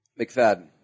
McFadden